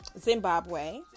Zimbabwe